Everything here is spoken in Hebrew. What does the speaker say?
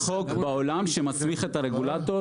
אין חוק בעולם שמסמיך את הרגולטור